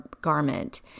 garment